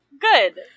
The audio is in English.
Good